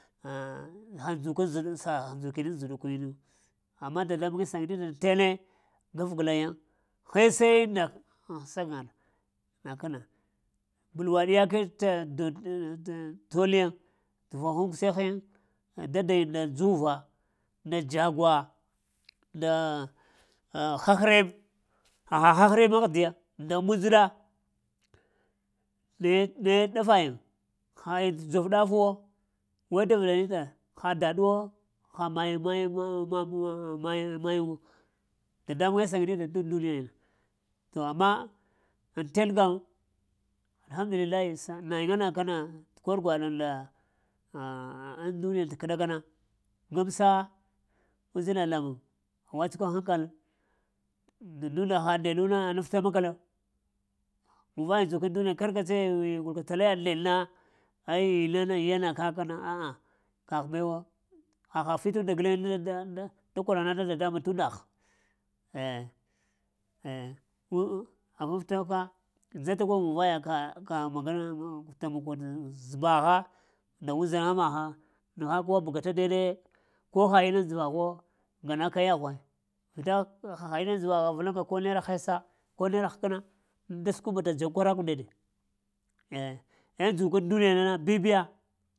Ah-ha dzukən zəɗa sa amma, dadambuŋwe sanənita ŋ tene gafglayiŋ hesee nda sagaŋaɗa, na kana, gluwa ɗiyaket to liyiŋ tə vogh'ŋ kushehiyiŋ, dadayiŋ nda zuva nda dzagwa, nda ah-ah ha-harem, haha hah-rem ahdiya nda munji ɗa, naye-naye ɗafayin, həyiŋ tə dzov ɗafuwo, way da vlaɗi tə, ha daɗwo, ha mayin mai-m-maya dadambuŋee sa danibta daŋ duniya. To amma, aŋten kam alhamdullillahi sə nayiŋa na kana təkor gwaɗ ah an duniya kə ɗakana gamsa uzina lamuŋ, wah tsukwa hankal nda duniya ha neɗuna anaf-taimakal muwaya ndzukaŋ duniya kar kace wurka tala yaɗ-neɗ-na ai yana kakna a'a kagh bewo haha fitunda guleŋ na da-da da koranata dadambuŋ tun-ndagh, eh-eh aŋ-aŋ avaftaka dzataka-ka-ka makata dzebagha, nda uzaŋga magha nəgha ko buga təd diyaɗe, ko ha innaŋ dzəvaghwo ganaka yaghwe, vita haha inna dzəvagha vulunka ko naira hesa ko naira həkna da səku ɓata dzankwarak nda neɗe eh-eh dzukəŋ duniyana bibiya.